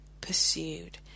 pursued